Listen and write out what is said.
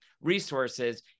resources